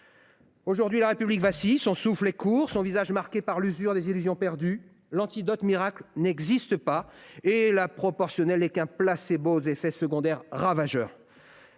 Aujourd’hui, la République vacille, son souffle est court, son visage marqué par l’usure des illusions perdues. L’antidote miracle n’existe pas et la proportionnelle n’est qu’un placebo aux effets secondaires ravageurs.